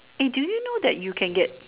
eh do you know that you can that